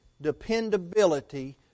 dependability